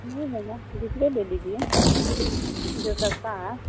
نہیں ہوگا دوسرے لے لیجیے جو سستا ہے